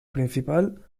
principal